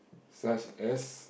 such as